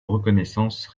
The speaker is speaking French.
reconnaissance